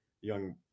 young